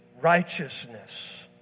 righteousness